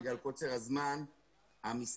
בגלל קוצר הזמן שהמשרד,